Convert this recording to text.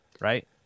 right